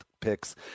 picks